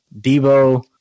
Debo